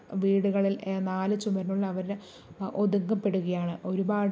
വീടുകളിൽ നാലു ചുമരിനുള്ളിൽ അവരുടെ ഒതുങ്ങപ്പെടുകയാണ് ഒരുപാട്